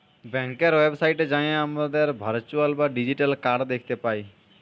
ব্যাংকের ওয়েবসাইটে যাঁয়ে আমরা আমাদের ভারচুয়াল বা ডিজিটাল কাড় দ্যাখতে পায়